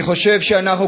אני חושב שאנחנו,